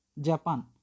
japan